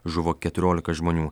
žuvo keturiolika žmonių